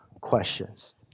questions